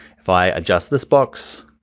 if i adjust this box.